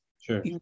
Sure